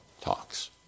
Talks